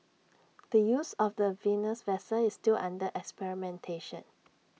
the use of the Venus vessel is still under experimentation